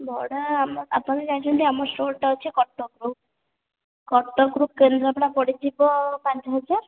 ଭଡ଼ା ଆମ ଆପଣ ତ ଜାଣିଛନ୍ତି ଆମ ଷ୍ଟୋର୍ଟା ହେଉଛି କଟକରୁ କଟକରୁ ଫେରିଲା ବେଳେ ପଡ଼ିଯିବ ପାଞ୍ଚ ହଜାର